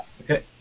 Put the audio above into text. Okay